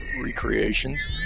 recreations